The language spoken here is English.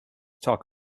talk